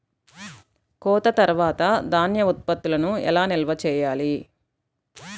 కోత తర్వాత ధాన్య ఉత్పత్తులను ఎలా నిల్వ చేయాలి?